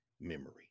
memory